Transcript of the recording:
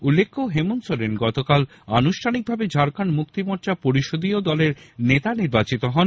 উল্লেখ্য হেমন্ত সোরেন গতকাল আনুষ্ঠানিকভাবে ঝাড়খন্ড মুক্তি মোর্চা পরিষদীয় দলের নেতা নির্বাচিত হন